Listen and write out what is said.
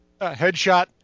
headshot